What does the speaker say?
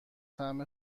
طعم